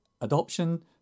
adoption